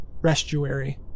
restuary